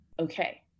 okay